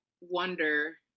wonder